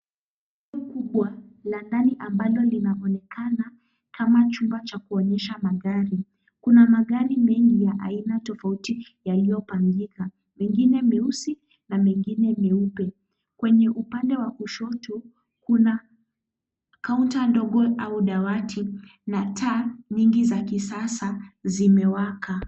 Kubwa la ndani ambalo linaonekana kama chumba cha kuonyesha magari. Kuna magari mengi ya aina tofauti yaliyopangika mengine meusi na mengine meupe. Kwenye upande wa kushoto kuna kaunta ndogo au dawati na taa nyingi za kisasa zimewaka.